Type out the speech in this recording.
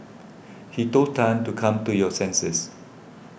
he told Tan to come to your senses